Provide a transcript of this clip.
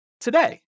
today